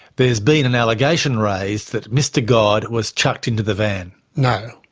there's been an allegation raised that mr god was chucked into the van. no.